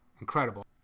incredible